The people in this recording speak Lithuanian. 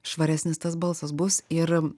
švaresnis tas balsas bus ir